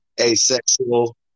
asexual